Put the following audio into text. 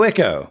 Echo